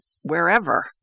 wherever